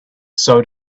sewed